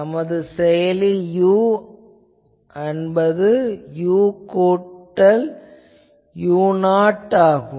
நமது செயலி u என்பது u கூட்டல் u0 ஆகும்